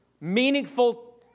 meaningful